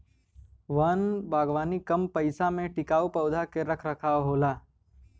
वन बागवानी कम पइसा में टिकाऊ पौधा क रख रखाव होला